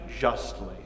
justly